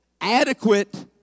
adequate